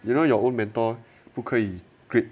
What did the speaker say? you know your own mentor 不可以 grade